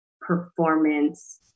performance